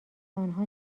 آنها